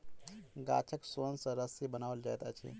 गाछक सोन सॅ रस्सी बनाओल जाइत अछि